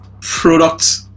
product